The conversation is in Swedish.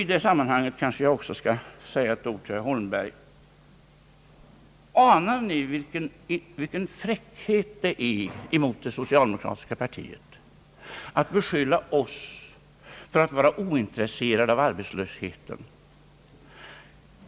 I detta sammanhang skall jag kanske också rikta mig till herr Holmberg: Anar ni vilken fräckhet det är mot det socialdemokratiska partiet att beskylla oss för att vara ointresserade av arbetslösheten?